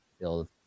build